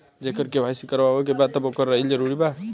जेकर के.वाइ.सी करवाएं के बा तब ओकर रहल जरूरी हे?